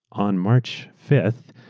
on march fifth,